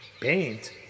Paint